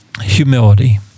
humility